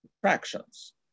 fractions